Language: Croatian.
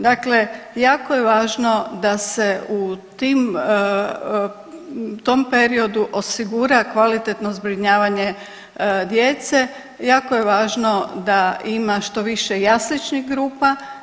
Dakle, jako je važno da se u tim, tom periodu osigura kvalitetno zbrinjavanje djece, jako je važno da ima što više jasličnih grupa.